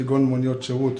כגון מוניות שירות,